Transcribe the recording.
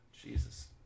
Jesus